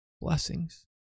blessings